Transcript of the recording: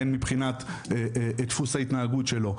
הן מבחינת דפוסי התנהגות שלו,